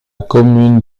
commune